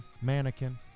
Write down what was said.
Mannequin